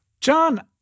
John